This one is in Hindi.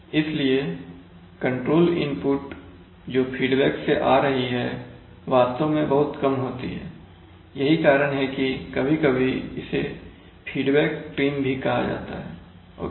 इसलिए कंट्रोल इनपुट जो फीडबैक से आ रही है वास्तव में बहुत कम होती है यही कारण है कि कभी कभी इसे फीडबैक ट्रिम भी कहा जाता है ओके